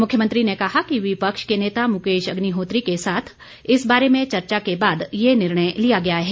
मुख्यमंत्री ने कहा कि विपक्ष के नेता मुकेश अग्निहोत्री के साथ इस बारे में चर्चा के बाद ये निर्णय लिया गया है